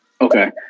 Okay